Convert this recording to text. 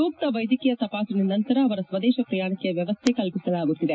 ಸೂಕ್ತ ವೈದ್ಯಕೀಯ ತಪಾಸಣೆಯ ನಂತರ ಅವರ ಸ್ವದೇಶ ಪ್ರಯಾಣಕ್ಕೆ ವ್ಯವಸ್ಥೆ ಕಲ್ಪಿಸಲಾಗುತ್ತಿದೆ